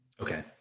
Okay